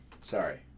Sorry